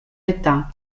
età